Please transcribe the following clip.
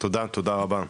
תודה רבה.